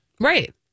Right